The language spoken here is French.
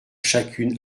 chacune